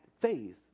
faith